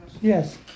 Yes